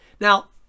Now